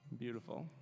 Beautiful